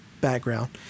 background